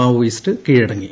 Maoist കീഴടങ്ങി